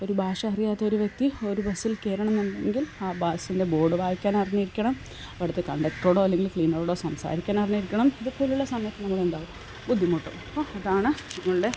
ഒരു ഭാഷ അറിയാത്തൊരു വ്യക്തി ഒരു ബസിൽ കയറണം എന്നുണ്ടെങ്കിൽ ആ ബസിൻ്റെ ബോർഡ് വായിക്കാനറിഞ്ഞിരിക്കണം അവിടത്തെ കണ്ടക്റ്ററോടോ അല്ലെങ്കിൽ ക്ലീനറോടോ സംസാരിക്കാനറിഞ്ഞിരിക്കണം ഇതുപോലുള്ള സമയത്ത് നമ്മളെന്താ ബുദ്ധിമുട്ടും അപ്പോള് അതാണ് നമ്മളുടെ